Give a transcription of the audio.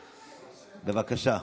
בבקשה.